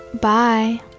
Bye